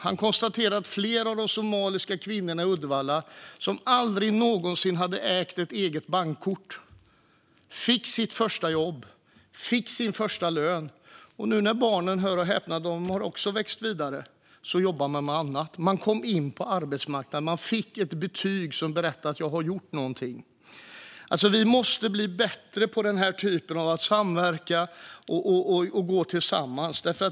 Han konstaterade att flera av de somaliska kvinnor i Uddevalla som aldrig någonsin hade ägt ett eget bankkort fick sitt första jobb och sin första lön. Nu när barnen har växt vidare, hör och häpna, jobbar man med annat. Man kom in på arbetsmarknaden. Man fick ett betyg som berättade att man gjort någonting. Vi måste gå samman och bli bättre på den här typen av samverkan.